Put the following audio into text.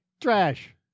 trash